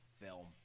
film